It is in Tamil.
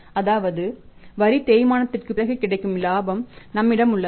அதாவது வரி தேய்மானத்திற்குப் பிறகு கிடைக்கும் இலாபம் நம்மிடம் உள்ளது